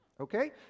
Okay